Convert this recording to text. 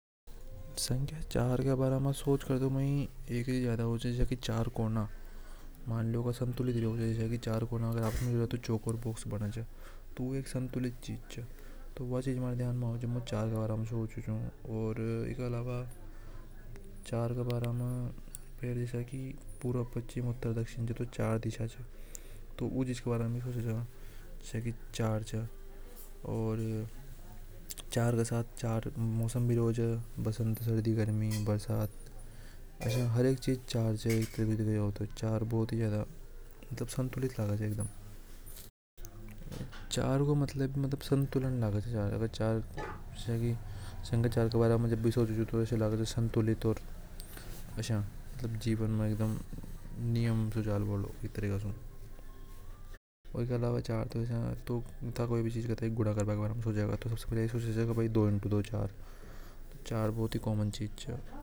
संख्या चार के बारे में सोच के तो मैं एक ही चीज याद आवे वे हे चार कोना। मामलों की चार कोना से एक संतुलित बॉक्स बने तो व एक संतुलित चीज च। म्हारे ध्यान में आवे की चार दिशा के बारे में पूर्व पश्चिम उत्तर दक्षिण उ चीज के बारे में सोच सका और चार मौसम के। भी होवे च ब सर्दी गर्मी बरसात चार ही संतुलित लगे च। चार को मतलब संतुलन लगे च। जीवन में। एक दम नियम से चलना वालों। ओर एक अलावा था कोई चीज ये गुना करवा की सोचेगा तो चार आवेगा तो चार बहुत ही कॉमन चीज च।